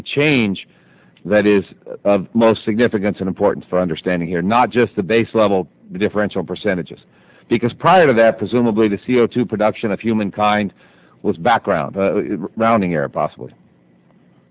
the change that is most significant and important for understanding here not just the base level differential percentages because prior to that presumably the c o two production of humankind was background rounding error possibly